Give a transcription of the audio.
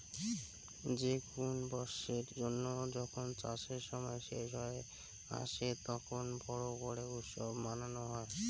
যে কুন বৎসরের জন্য যখন চাষের সময় শেষ হই আসে, তখন বড় করে উৎসব মানানো হই